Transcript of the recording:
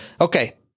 okay